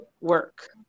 work